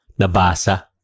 nabasa